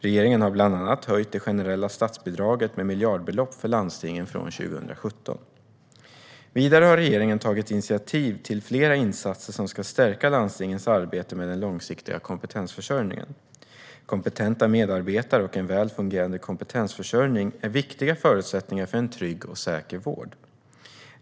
Regeringen har bland annat höjt det generella statsbidraget med miljardbelopp för landstingen från 2017. Vidare har regeringen tagit initiativ till flera insatser som ska stärka landstingens arbete med den långsiktiga kompetensförsörjningen. Kompetenta medarbetare och en väl fungerande kompetensförsörjning är viktiga förutsättningar för en trygg och säker vård.